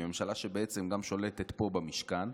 ממשלה שגם שולטת פה במשכן,